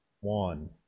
One